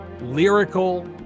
lyrical